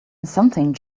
something